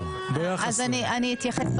אני אתייחס.